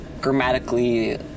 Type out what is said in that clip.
grammatically